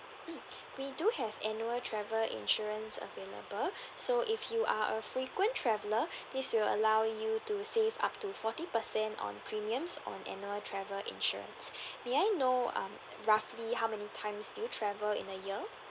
mm we do have annual travel insurance available so if you are a frequent traveller this will allow you to save up to forty percent on premiums on annual travel insurance may I know um roughly how many times do you travel in a year